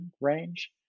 range